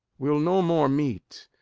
we'll no more meet,